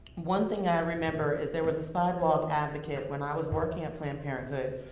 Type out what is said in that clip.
one thing i remember is there was a sidewalk advocate when i was working at planned parenthood,